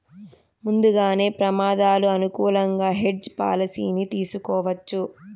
ముందుగానే ప్రమాదాలు అనుకూలంగా హెడ్జ్ పాలసీని తీసుకోవచ్చు